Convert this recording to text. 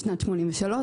משנת 1983,